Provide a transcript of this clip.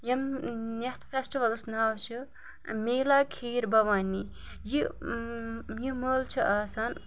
یِم یَتھ فیسٹٕوَلَس ناو چھِ میلا کھیٖر بھوانی یہِ یہِ مٲلہٕ چھِ آسان